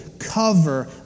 Cover